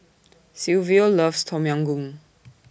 Silvio loves Tom Yam Goong